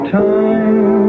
time